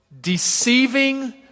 deceiving